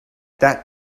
that